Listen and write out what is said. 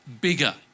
bigger